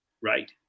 Right